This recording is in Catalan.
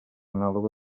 anàloga